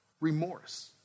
remorse